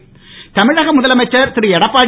எடப்பாடி தமிழக முதலமைச்சர் திரு எடப்பாடி